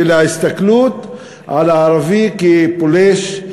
של ההסתכלות על הערבי כפולש,